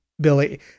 Billy